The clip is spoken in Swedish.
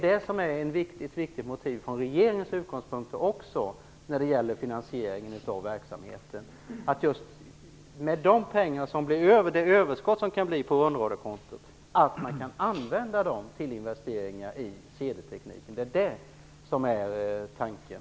Det är ett viktigt motiv också från regeringens utgångspunkter när det gäller finansiering av verksamheten. Det överskott som kan bli på rundradiokontot kan användas till investeringar i CD-tekniken. Det är det som är tanken.